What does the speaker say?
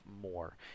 more